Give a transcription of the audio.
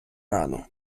рану